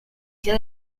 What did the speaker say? sia